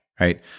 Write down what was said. right